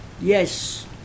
yes